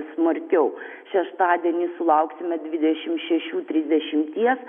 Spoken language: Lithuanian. smarkiau šeštadienį sulauksime dvidešim šešių trisdešimies